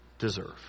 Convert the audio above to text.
deserve